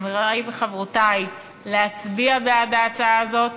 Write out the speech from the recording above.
חברי וחברותי, להצביע בעד ההצעה הזאת